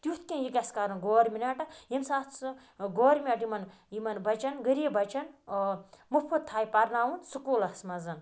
تِیُتھ کیٚنہہ یہِ گَژھہِ کَرُن گورمیٚنَٹ ییٚمہِ ساتہٕ سُہ گورمِیٚنَٹ یِمَن یِمَن بَچَن غریب بَچَن ٲں مُفت تھایہِ پَرناوُن سکولَس مَنز